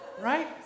Right